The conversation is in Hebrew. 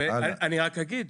אני רק אגיד,